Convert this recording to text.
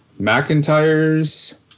McIntyre's